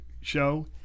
show